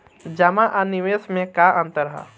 जमा आ निवेश में का अंतर ह?